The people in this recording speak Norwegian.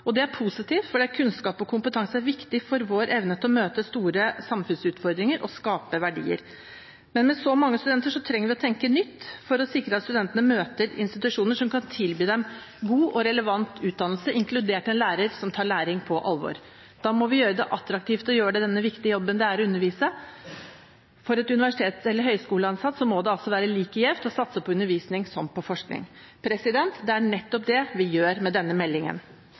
studentmassen. Det er positivt fordi kunnskap og kompetanse er viktig for vår evne til å møte store samfunnsutfordringer og skape verdier. Men med så mange studenter trenger vi å tenke nytt for å sikre at studentene møter institusjoner som kan tilby dem god og relevant utdannelse, inkludert en lærer som tar læring på alvor. Da må vi gjøre det attraktivt å gjøre den viktige jobben det er å undervise, for en universitets- eller høyskoleansatt må det være like gjevt å satse på undervisning som på forskning. Det er nettopp det vi gjør med denne meldingen.